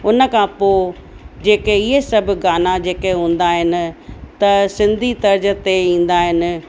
हुन खां पोइ जेके इहे सभु गाना जेके हूंदा आहिनि त सिंधी तर्ज ते ईंदा आहिनि